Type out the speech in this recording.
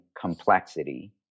complexity